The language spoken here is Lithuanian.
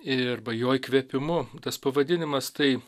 arba jo įkvėpimu tas pavadinimas tai